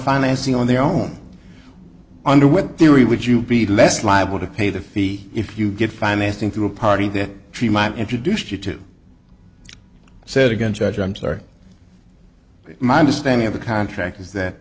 financing on their own under with theory would you be less liable to pay the fee if you get financing through a party that he might introduce you to said again judge i'm sorry but my understanding of the contract is that